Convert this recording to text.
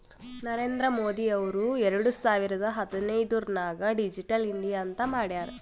ನರೇಂದ್ರ ಮೋದಿ ಅವ್ರು ಎರಡು ಸಾವಿರದ ಹದಿನೈದುರ್ನಾಗ್ ಡಿಜಿಟಲ್ ಇಂಡಿಯಾ ಅಂತ್ ಮಾಡ್ಯಾರ್